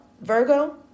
Virgo